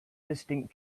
distinct